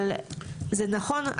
אבל זה נכון,